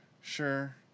Sure